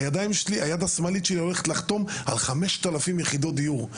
היד השמאלית שלי הולכת לחתום על 5,000 יחידות דיור.